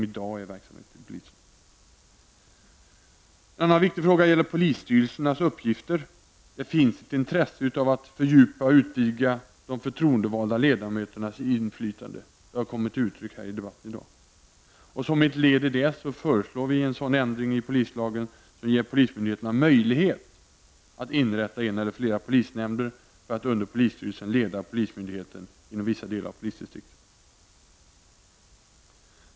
En annan viktig fråga gäller polisstyrelsernas uppgifter. Det finns ett intresse av att fördjupa och utvidga de förtroendevalda ledamöternas inflytande. Det har också kommit till uttryck i debatten i dag. Som ett led i det arbetet föreslår vi en ändring i polislagen som ger polismyndigheterna möjlighet att inrätta en eller flera polisnämnder för att under polisstyrelsen leda polismyndigheten inom vissa delar av polisdistriktet.